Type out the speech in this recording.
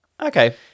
Okay